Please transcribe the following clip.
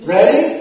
Ready